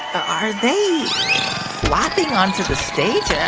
are they flopping onto the stage?